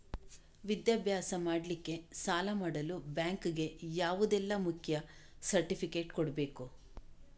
ವಿದ್ಯಾಭ್ಯಾಸ ಮಾಡ್ಲಿಕ್ಕೆ ಸಾಲ ಮಾಡಲು ಬ್ಯಾಂಕ್ ಗೆ ಯಾವುದೆಲ್ಲ ಮುಖ್ಯ ಸರ್ಟಿಫಿಕೇಟ್ ಕೊಡ್ಬೇಕು?